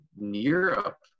Europe